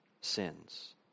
sins